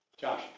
Josh